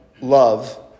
love